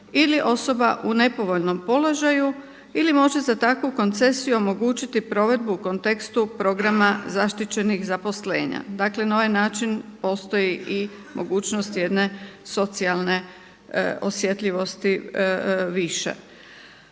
ili osoba u nepovoljnom položaju. Ili može za takvu koncesiju omogućiti provedbu u kontekstu programa zaštićenih zaposlenja. Dakle, na ovaj način postoji i mogućnost jedne socijalne osjetljivosti više.